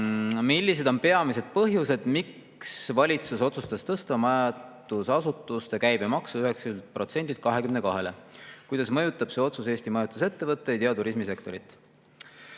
"Millised on peamised põhjused, miks valitsus otsustas tõsta majutusasutuste käibemaksu 9%-lt 22%-le? Kuidas mõjutab see otsus Eesti majutusettevõtteid ja turismisektorit?"